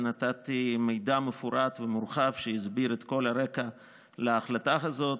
ונתתי מידע מפורט ומורחב שהסביר את כל הרקע להחלטה הזאת,